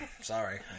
sorry